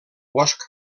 bosc